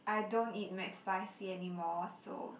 I don't eat McSpicy anymore so